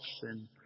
sin